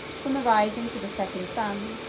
from the rising to the setting sun,